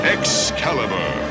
Excalibur